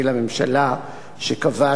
שקבע שאין ראיות לכך,